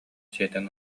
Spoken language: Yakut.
сиэтэн